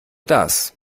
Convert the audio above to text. das